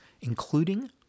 including